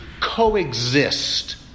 coexist